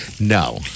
No